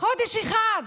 חודש אחד,